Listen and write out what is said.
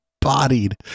bodied